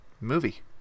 movie